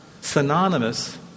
synonymous